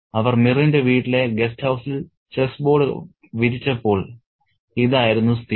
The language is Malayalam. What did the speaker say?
അവർ മിറിന്റെ വീട്ടിലെ ഗസ്റ്റ്ഹൌസിൽ ചെസ്സ് ബോർഡ് വിരിച്ചപ്പോൾ ഇതായിരുന്നു സ്ഥിതി